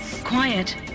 Quiet